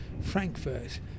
Frankfurt